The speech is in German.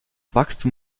wachstum